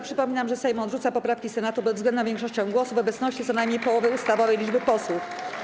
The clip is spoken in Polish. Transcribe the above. Przypominam, że Sejm odrzuca poprawki Senatu bezwzględną większością głosów w obecności co najmniej połowy ustawowej liczby posłów.